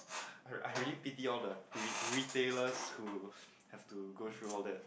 I I really pity all the re~ retailers who have to go through all that